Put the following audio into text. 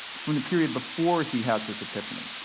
from the period before he has his epiphany.